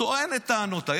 וטוען את טענותיי.